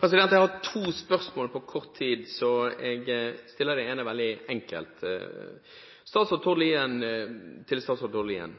vedtar. Jeg har to spørsmål på kort tid, så jeg stiller det ene veldig enkelt til statsråd Tord Lien: